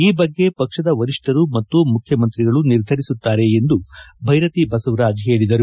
ಈ ಬಗ್ಗೆ ಪಕ್ಷದ ವರಿಷ್ಠರು ಮತ್ತು ಮುಖ್ಯಮಂತ್ರಿ ನಿರ್ಧರಿಸುತ್ತಾರೆ ಎಂದು ಬೈರತಿ ಬಸವರಾಜ್ ಹೇಳಿದರು